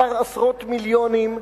כמה עשרות מיליונים,